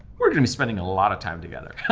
we're gonna be spending a lot of time together.